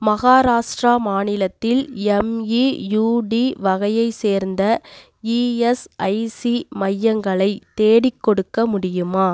மகாராஷ்ட்ரா மாநிலத்தில் எம்இயூடி வகையைச் சேர்ந்த இஎஸ்ஐசி மையங்களை தேடிக்கொடுக்க முடியுமா